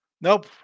nope